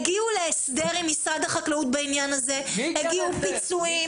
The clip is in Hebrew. בעניין הזה הגיעו להסדר עם משרד החקלאות ויהיו פיצויים.